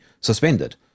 suspended